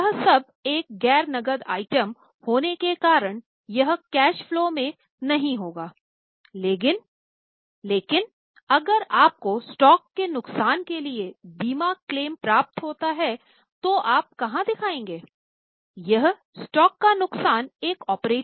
यह सब एक गैर नकद आइटम होने के कारण यह कैश फलो में नहीं होगा लेकिन अगर आपको स्टॉक के नुकसान के लिए बीमा क्लेम प्राप्त होता है तो आप कहां दिखाएँगे